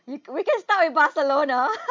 you we can start with barcelona